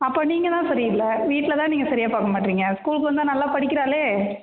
அப்போ நீங்க தான் சரியில்லை வீட்ல தான் நீங்கள் சரியாக பார்க்கமாட்றீங்க ஸ்கூல்க்கு வந்தால் நல்லா படிக்கிறாளே